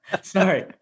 sorry